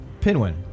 Pinwin